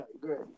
great